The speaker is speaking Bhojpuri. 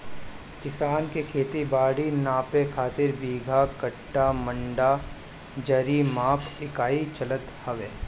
किसान के खेत बारी नापे खातिर बीघा, कठ्ठा, मंडा, जरी माप इकाई चलत हवे